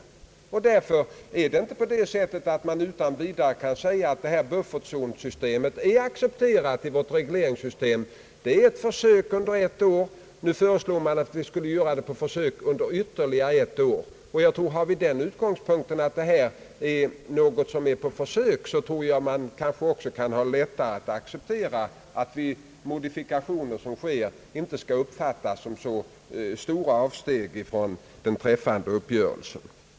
Man kan därför inte utan vidare säga att buffertzonsystemet är accepterat i vårt regleringssystem. Det är bara ett försök under ett år. Nu föreslås att försöket skall utsträckas till ytterligare ett år. Har man den utgångspunkten att det här gäller ett försök, kanske man också har lättare att acceptera att de modifikationer som sker inte skall uppfattas såsom stora avsteg från den träffade uppgörelsen.